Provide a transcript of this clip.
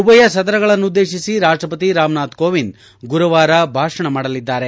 ಉಭಯ ಸದನಗಳನ್ನು ಉದ್ದೇಶಿಸಿ ರಾಷ್ಟಪತಿ ರಾಮನಾಥ್ ಕೋವಿಂದ್ ಗುರುವಾರ ಭಾಷಣ ಮಾಡಲಿದ್ದಾರೆ